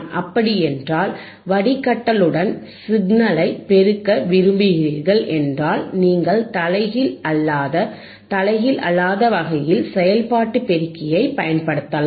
அப்படியென்றால் வடிகட்டலுடன் சிக்னலை பெருக்க விரும்புகிறீர்கள் என்றால் நீங்கள் தலைகீழ் அல்லது தலைகீழ் அல்லாத வகையில் செயல்பாட்டு பெருக்கியைப் பயன்படுத்தலாம்